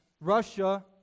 Russia